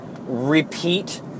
repeat